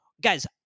Guys